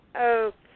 Okay